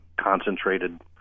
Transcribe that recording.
concentrated